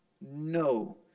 no